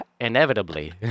Inevitably